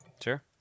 Sure